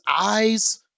eyes